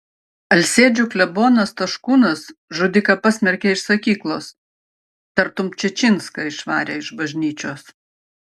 alsėdžių klebonas taškūnas žudiką pasmerkė iš sakyklos tartum čičinską išvarė iš bažnyčios